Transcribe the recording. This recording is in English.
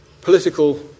political